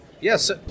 Yes